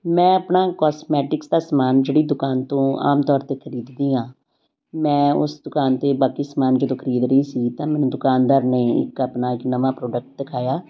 ਮੈਂ ਆਪਣਾ ਕੋਸਮੈਟਿਕਸ ਦਾ ਸਮਾਨ ਜਿਹੜੀ ਦੁਕਾਨ ਤੋਂ ਆਮ ਤੌਰ 'ਤੇ ਖਰੀਦ ਦੀ ਹਾਂ ਮੈਂ ਉਸ ਦੁਕਾਨ 'ਤੇ ਬਾਕੀ ਸਮਾਨ ਜਦੋਂ ਖਰੀਦ ਰਹੀ ਸੀ ਤਾਂ ਮੈਨੂੰ ਦੁਕਾਨਦਾਰ ਨੇ ਇੱਕ ਆਪਣਾ ਇੱਕ ਨਵਾਂ ਪ੍ਰੋਡਕਟ ਦਿਖਾਇਆ